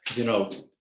you know,